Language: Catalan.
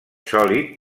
sòlid